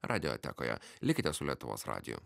radiotekoje likite su lietuvos radiju